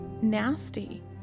nasty